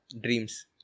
dreams